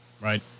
Right